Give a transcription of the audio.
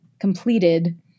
completed